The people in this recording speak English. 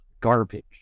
garbage